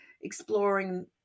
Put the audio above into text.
exploring